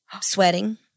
sweating